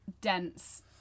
dense